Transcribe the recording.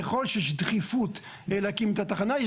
ככול שיש דחיפות להקים את התחנה,